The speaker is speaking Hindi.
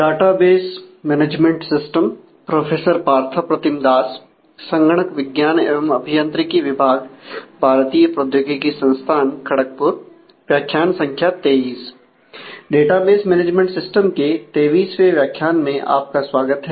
डेटाबेस मैनेजमेंट सिस्टम के 23वे व्याख्यान में आपका स्वागत है